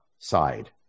side